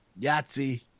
Yahtzee